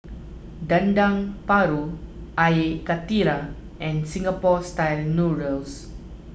Dendeng Paru Air Karthira and Singapore Style Noodles